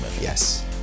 Yes